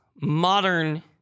modern